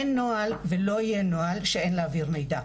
אין נוהל ולא יהיה נוהל שאין להעביר מידע,